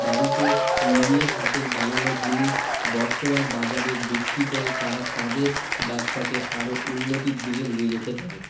বাড়িতে নিজের হাতের বানানো জিনিস বর্তমান বাজারে বিক্রি করে তারা তাদের ব্যবসাকে আরও উন্নতির দিকে নিয়ে যেতে পারে